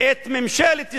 את ממשלת ישראל,